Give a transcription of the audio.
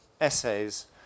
essays